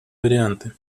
варианты